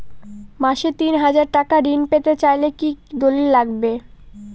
মাসে তিন হাজার টাকা ঋণ পেতে চাইলে কি দলিল লাগবে?